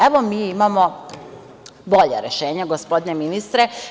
Evo, mi imamo bolja rešenja, gospodine ministre.